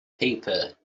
paper